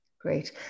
Great